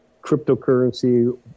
cryptocurrency